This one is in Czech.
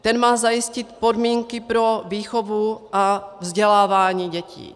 Ten má zajistit podmínky pro výchovu a vzdělávání dětí.